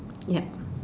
ya